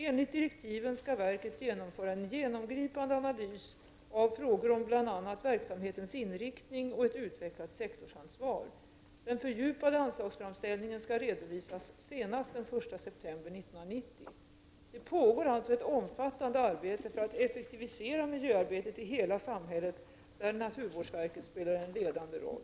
Enligt direktiven skall verket genomföra en genomgripande analys av frågor om bl.a. verksamhetens inriktning och ett utvecklat sektorsansvar. Den fördjupade anslagsframställningen skall redovisas senast den 1 september 1990. Det pågår alltså ett omfattande arbete för att effektivisera miljöarbetet i hela samhället, ett arbete där naturvårdsverket spelar en ledande roll.